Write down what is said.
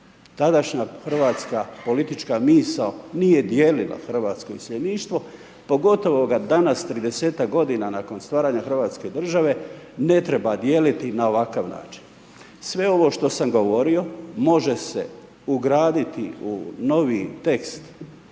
tadašnja hrvatska politička misao, nije dijelila hrvatsko iseljeništvo, pogotovo danas, nakon 30-tak godina, nakon stvaranje Hrvatske države, ne treba dijeliti na ovakav način. Sve ovo što sam govorio može se ugraditi u novi tekst